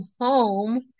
home